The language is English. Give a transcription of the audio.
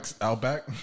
Outback